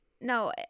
no